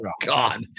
God